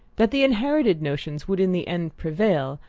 that the inherited notions would in the end prevail,